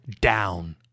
down